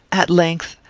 at length,